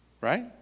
Right